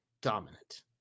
dominant